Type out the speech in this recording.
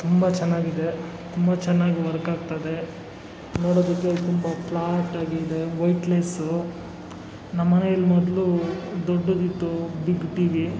ತುಂಬ ಚೆನ್ನಾಗಿದೆ ತುಂಬ ಚೆನ್ನಾಗಿ ವರ್ಕಾಗ್ತದೆ ನೋಡೋದಕ್ಕೆ ತುಂಬ ಪ್ಲಾಟಾಗಿದೆ ವಯ್ಟ್ಲೆಸ್ಸು ನಮ್ಮನೆಯಲ್ಲಿ ಮೊದಲು ದೊಡ್ಡದಿತ್ತು ಬಿಗ್ ಟಿ ವಿ